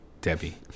Debbie